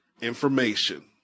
information